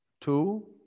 Two